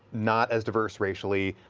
not as diverse racially,